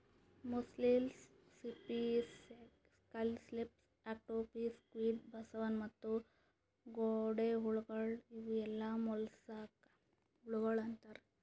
mussels, ಸಿಂಪಿ, scallops, octopi, squid, ಬಸವನ ಮತ್ತ ಗೊಂಡೆಹುಳಗೊಳ್ ಇವು ಎಲ್ಲಾ ಮೊಲಸ್ಕಾ ಹುಳಗೊಳ್ ಅಂತಾರ್